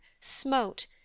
smote